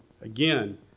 Again